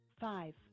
five